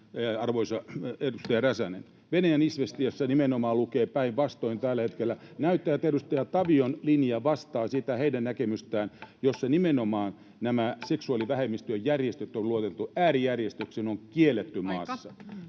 arvoisa edustaja Räsänen. Venäjän Izvestijassa nimenomaan lukee päinvastoin tällä hetkellä. Näyttää, että edustaja Tavion linja vastaa sitä heidän näkemystään, jossa nimenomaan nämä seksuaalivähemmistöjen järjestöt on lueteltu äärijärjestöiksi ja ne on kielletty maassa.